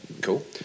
Cool